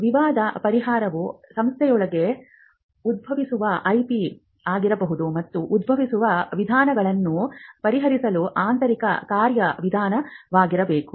ವಿವಾದ ಪರಿಹಾರವು ಸಂಸ್ಥೆಯೊಳಗೆ ಉದ್ಭವಿಸುವ ಐಪಿ ಆಗಿರಬಹುದು ಮತ್ತು ಉದ್ಭವಿಸುವ ವಿವಾದಗಳನ್ನು ಪರಿಹರಿಸಲು ಆಂತರಿಕ ಕಾರ್ಯವಿಧಾನವಿರಬೇಕು